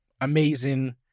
amazing